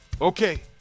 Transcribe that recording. Okay